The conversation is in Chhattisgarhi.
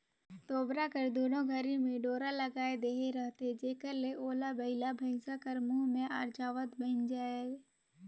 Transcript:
तोबरा कर दुनो घरी मे डोरा लगाए देहे रहथे जेकर ले ओला बइला भइसा कर मुंह मे अरझावत बइन जाए